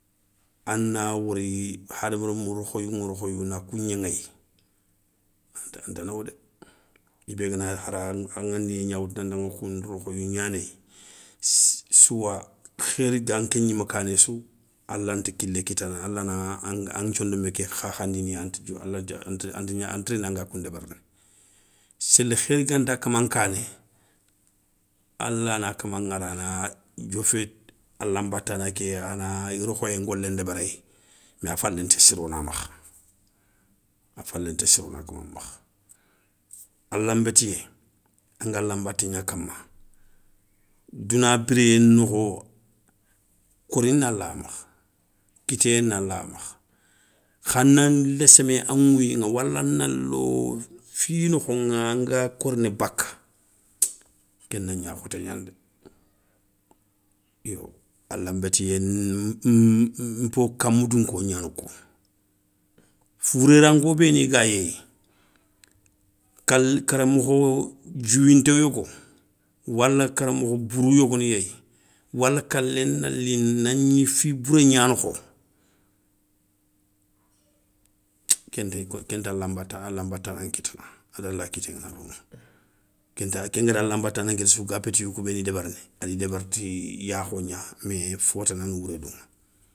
Ana wori hadama remou rokhoyouŋa rokhoyou na kou gnaŋéyi anta nowo dé i bé gana hara a ŋaniyé gna woutou nantaŋa kou rokhoyou gnanéyi, souwa khéri ga nké gnimé kané sou, alanta kilé kitana alana an thiondomé ké khakhandiniya anti anti gna anti rini anga koun débérini, séli khéri ganta kama nkané, alana kama ŋara ana diofé alanbatana ké ana i rokhoyé ngolé ndébéri mais a falénti sirona makha. A falé nti sirona kama makha, alan bétiyé, angalanbaté gna kama, douna biréyé nokho kori nala makha, kitéyé nala makha, khana léssémé a ŋouyouŋa wala nalo fi nokhoŋa anga korini bakka, ké na gna a khotégnani dé. Yo alan bétiyé npo kamoudounko gnani kou, fouré ranko béni gayéyi, kale, kara mokho diouwinto yogo, wala kara mokho bourou yogoni yéyi, wala kalé nali nagni fi bouré gna nokho, kentaala nbatana nkita adala kité ngana gomou. Kengada ala nbatana kitassou ga bétiyou kou béni débérini, adi débéri ti yakho gna mais fotanana wourédouŋa.